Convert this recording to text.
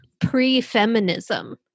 pre-feminism